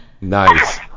Nice